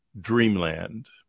Dreamland